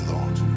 Lord